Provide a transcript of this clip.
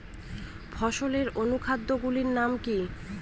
ফসলের অনুখাদ্য গুলির নাম কি?